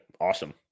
awesome